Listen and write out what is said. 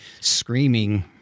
screaming